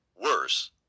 worse